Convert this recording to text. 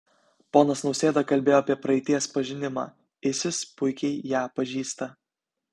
ponas nausėda kalbėjo apie praeities pažinimą isis puikiai ją pažįsta